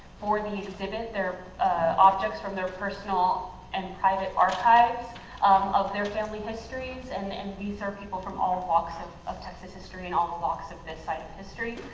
for the exhibit their objects from their personal and private archives um of their family histories, and and these are people from all and walks and of texas history and all the walks of this side of history.